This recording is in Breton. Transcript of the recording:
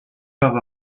barzh